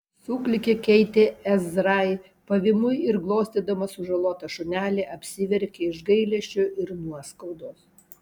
suklykė keitė ezrai pavymui ir glostydama sužalotą šunelį apsiverkė iš gailesčio ir nuoskaudos